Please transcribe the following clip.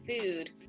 food